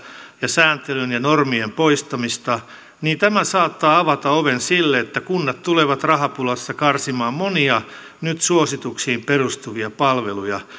ja sääntelyn ja normien poistamista niin tämä saattaa avata oven sille että kunnat tulevat rahapulassa karsimaan monia nyt suosituksiin perustuvia palveluja